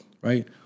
right